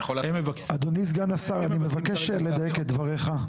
אדוני סגן השר, אני מבקש לדייק את דבריך.